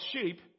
sheep